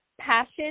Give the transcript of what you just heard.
passion